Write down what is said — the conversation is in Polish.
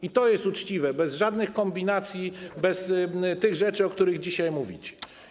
I to jest uczciwe, bez żadnych kombinacji, bez tych rzeczy, o których dzisiaj mówicie.